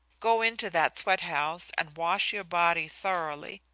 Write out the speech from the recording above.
go into that sweat-house and wash your body thoroughly,